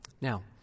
Now